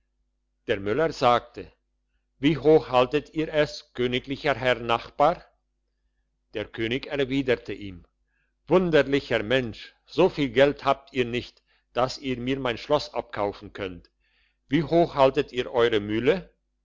der müller sagte wie hoch haltet ihr es königlicher herr nachbar der könig erwiderte ihm wunderlicher mensch so viel geld habt ihr nicht dass ihr mir mein schloss abkaufen könnt wie hoch haltet ihr eure mühle